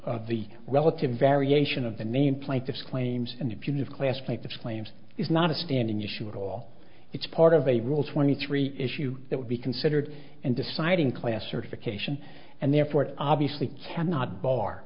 of the relative variation of the name plaintiff's claims and punitive classmate disclaimed is not a standing issue at all it's part of a rule twenty three issue that would be considered and deciding class certification and therefore it obviously cannot bar